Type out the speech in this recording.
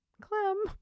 Clem